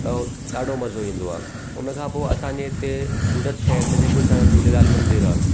त त ॾाढो मज़ो ईंदो आहे हुन खां पोइ असांजे हिते सूरत शहर में जेको छा झूलेलाल मंदरु आहे